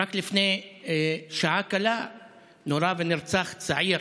רק לפני שעה קלה נורה ונרצח צעיר,